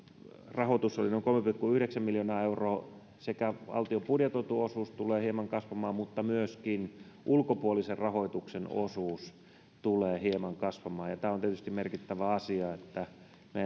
rahoitus oli noin kolme pilkku yhdeksän miljoonaa euroa niin nyt sekä valtion budjetoitu osuus tulee hieman kasvamaan että myöskin ulkopuolisen rahoituksen osuus tulee hieman kasvamaan ja tämä on tietysti merkittävä asia että meidän